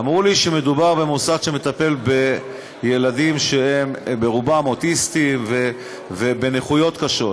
אמרו לי שמדובר במוסד שמטפל בילדים שהם ברובם אוטיסטים ובנכויות קשות.